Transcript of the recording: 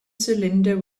cylinder